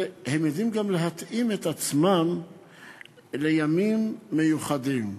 והם יודעים גם להתאים את עצמם לימים מיוחדים.